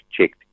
checked